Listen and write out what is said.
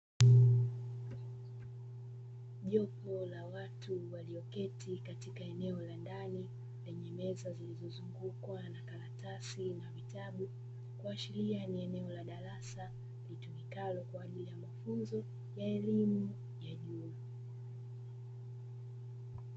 Jopo la watu walioketi katika eneo la ndani lenye meza zilizozungukwa na karatasi na vitabu, kuashiria ni eneo la darasa litumikalo kwa ajili ya mafunzo ya elimu ya juu.